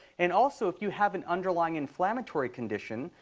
and also if you have an underlying inflammatory condition,